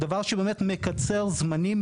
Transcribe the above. זה דבר שבאמת מקצר זמנים,